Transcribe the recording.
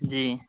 جی